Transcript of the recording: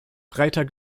breiter